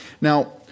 Now